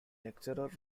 lecture